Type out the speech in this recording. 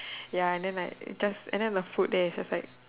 ya and then like just and then the food there is like